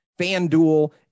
FanDuel